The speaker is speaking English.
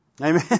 Amen